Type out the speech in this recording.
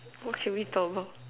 what should we talk about